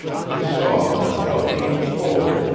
he saw, without being told,